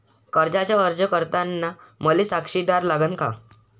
कर्जाचा अर्ज करताना मले साक्षीदार लागन का?